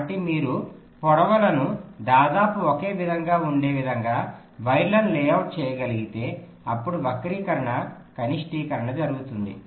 కాబట్టి మీరు పొడవులను దాదాపు ఒకే విధంగా ఉండే విధంగా వైర్లను లేఅవుట్ చేయగలిగితే అప్పుడు వక్రీకరణ కనిష్టీకరణ జరుగుతుంది